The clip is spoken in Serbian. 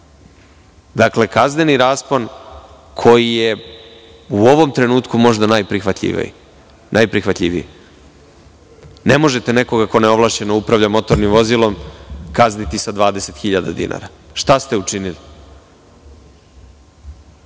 dakle, kazneni raspon koji je u ovom trenutku možda najprihvatljiviji. Ne možete nekoga ko neovlašćeno upravlja motornim vozilom kazniti sa 20.000 dinara. Šta ste učinili? Dakle,